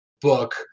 book